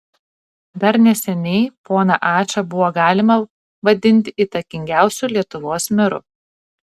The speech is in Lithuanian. dar neseniai poną ačą buvo galima vadinti įtakingiausiu lietuvos meru